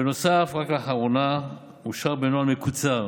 בנוסף, רק לאחרונה אושר בנוהל מקוצר